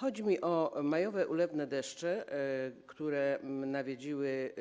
Chodzi mi o majowe ulewne deszcze, które nawiedziły